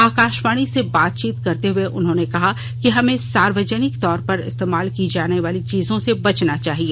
आकाशवाणी से बातचीत करते हुए उन्होंने कहा कि हमें सार्वजनिक तौर पर इस्तेमाल की जाने वाली चीजों से बचना चाहिए